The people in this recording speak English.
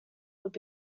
could